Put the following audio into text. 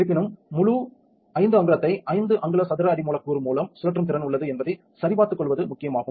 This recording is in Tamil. இருப்பினும் முழு 5 அங்குலத்தை 5 அங்குல சதுர அடி மூலக்கூறு மூலம் சுழற்றும் திறன் உள்ளது என்பதை சரி பார்த்துக்கொள்வது முக்கியம் ஆகும்